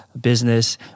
business